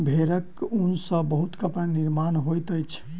भेड़क ऊन सॅ बहुत कपड़ा निर्माण होइत अछि